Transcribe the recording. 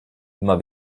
immer